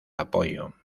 apoyo